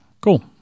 Cool